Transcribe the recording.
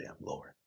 Lord